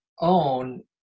own